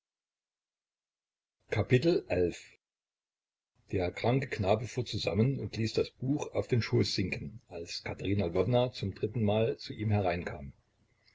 der kranke knabe fuhr zusammen und ließ das buch auf den schoß sinken als katerina lwowna zum drittenmal zu ihm hereinkam